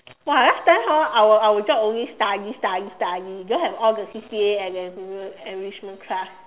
!wah! last time hor our our job only study study study don't have all the C_C_A and enrichment enrichment class